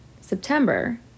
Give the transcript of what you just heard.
September